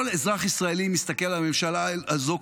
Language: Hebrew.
כל אזרח ישראלי מסתכל על הממשלה הזו,